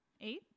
Eight